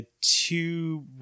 two